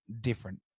different